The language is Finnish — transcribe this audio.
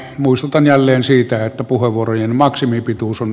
muistutan jälleen siitä että puheenvuorojen maksimipituus on